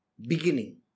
beginning